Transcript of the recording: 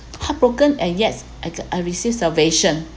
heartbroken and yes I I receive salvation